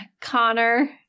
Connor